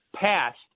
passed